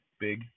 big